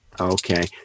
Okay